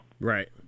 Right